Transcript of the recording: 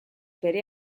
bere